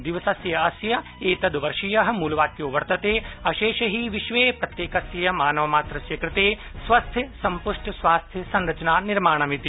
दिवसस्य अस्य एतद्रवर्षीय मूलवाक्यो वर्तते अशेषे हि विश्वे प्रत्येकस्य मानवमात्रस्य कृते स्वस्थ सम्पुष्ट स्वास्थ्य संरचना निर्माणम् इति